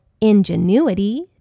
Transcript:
Ingenuity